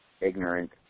ignorant